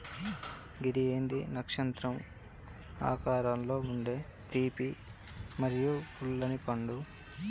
గిది ఏంది నచ్చత్రం ఆకారంలో ఉండే తీపి మరియు పుల్లనిపండు